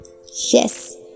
yes